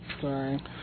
Sorry